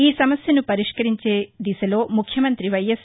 ఈ సమస్యను పరిష్కరించే దిశలో ముఖ్యమంత్రి వైఎస్